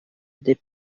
деп